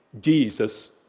Jesus